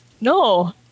No